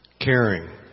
caring